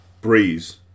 Breeze